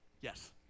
Yes